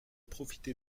profiter